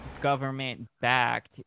government-backed